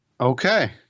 Okay